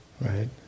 Right